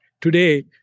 today